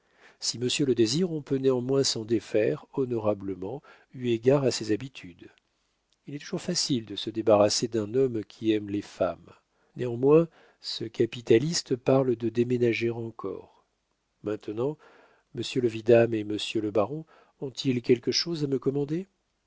si monsieur le désire on peut néanmoins s'en défaire honorablement eu égard à ses habitudes il est toujours facile de se débarrasser d'un homme qui aime les femmes néanmoins ce capitaliste parle de déménager encore maintenant monsieur le vidame et monsieur le baron ont-ils quelque chose à me commander